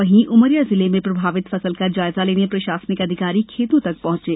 वहीं उमरिया जिले में प्रभावित फसल का जायजा लेने प्रशासनिक अधिकारी खेतों तक पहुंचें